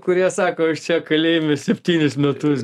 kurie sako aš čia kalėjime septynis metus